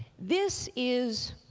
this is